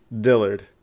Dillard